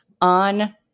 on